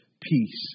peace